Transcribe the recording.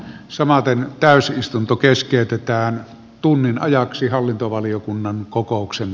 samaten täysin istunto keskeytetään tunnin ajaksi hallintovaliokunnan kokouksen